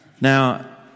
Now